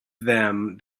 them